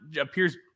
appears